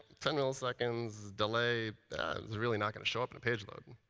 ten milliseconds delay is really not going to show up on a page load.